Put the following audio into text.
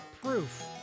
proof